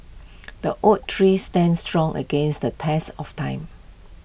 the oak tree stand strong against the test of time